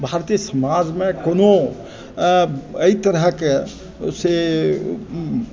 भारतीय समाजमे कोनो एहि तरहके से